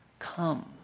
Come